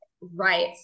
Right